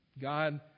God